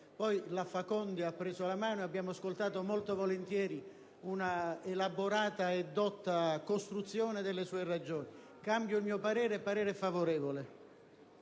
poi la facondia ha preso la mano e abbiamo ascoltato molto volentieri un'elaborata e dotta costruzione delle sue ragioni. Cambio pertanto il parere precedente